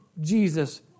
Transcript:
Jesus